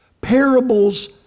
Parables